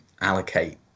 allocate